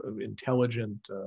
intelligent